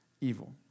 evil